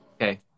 Okay